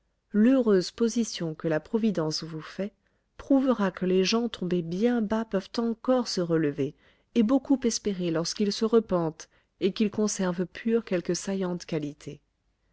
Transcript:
l'heureuse position que la providence vous fait prouvera que les gens tombés bien bas peuvent encore se relever et beaucoup espérer lorsqu'ils se repentent et qu'ils conservent pures quelques saillantes qualités